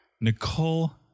Nicole